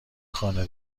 خانه